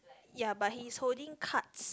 ya but he is holding cards